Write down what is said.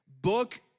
book